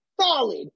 solid